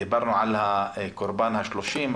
דיברנו על הקורבן ה-30,